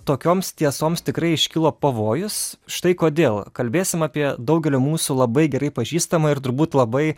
tokioms tiesoms tikrai iškilo pavojus štai kodėl kalbėsim apie daugelio mūsų labai gerai pažįstamą ir turbūt labai